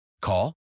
Call